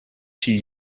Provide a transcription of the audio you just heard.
she